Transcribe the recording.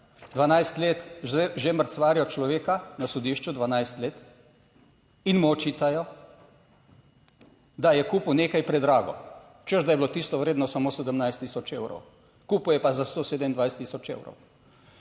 12 let že mrcvarijo človeka na sodišču, 12 let in mu očitajo, da je kupil nekaj predrago, češ da je bilo tisto vredno samo 17000 evrov, kupil je pa za 127000 evrov.